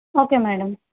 okay madam